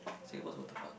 Singapore's waterpark